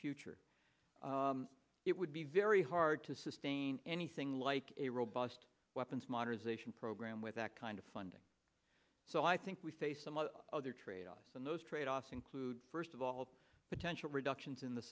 future it would be very hard to sustain anything like a robust weapons modernization program with that kind of funding so i think we face some of the other tradeoffs and those tradeoffs include first of all potential reductions in the